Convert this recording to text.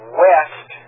west